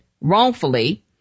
wrongfully